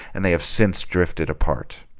and they have since drifted apart